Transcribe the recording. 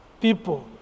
people